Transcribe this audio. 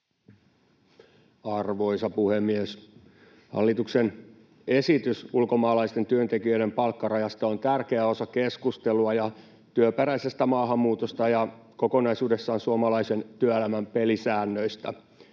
Arvoisa puhemies! Hallituksen esitys ulkomaalaisten työntekijöiden palkkarajasta on tärkeä osa keskustelua työperäisestä maahanmuutosta ja kokonaisuudessaan suomalaisen työelämän pelisäännöistä.